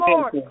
Lord